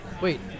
wait